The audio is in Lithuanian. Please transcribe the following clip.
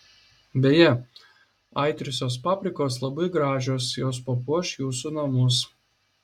beje aitriosios paprikos labai gražios jos papuoš jūsų namus